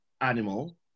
animal